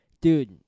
Dude